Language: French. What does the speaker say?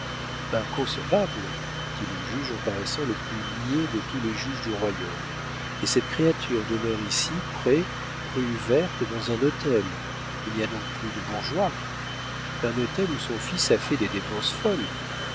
inconcevable dit le juge en paraissant le plus niais de tous les juges du royaume et cette créature demeure ici près rue verte dans un hôtel il n'y a donc plus de bourgeois un hôtel où son fils a fait des dépenses folles